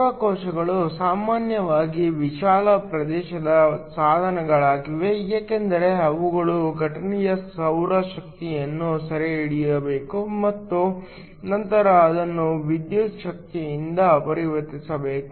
ಸೌರ ಕೋಶಗಳು ಸಾಮಾನ್ಯವಾಗಿ ವಿಶಾಲ ಪ್ರದೇಶದ ಸಾಧನಗಳಾಗಿವೆ ಏಕೆಂದರೆ ಅವುಗಳು ಘಟನೆಯ ಸೌರ ಶಕ್ತಿಯನ್ನು ಸೆರೆಹಿಡಿಯಬೇಕು ಮತ್ತು ನಂತರ ಅದನ್ನು ವಿದ್ಯುತ್ ಶಕ್ತಿಯಾಗಿ ಪರಿವರ್ತಿಸಬೇಕು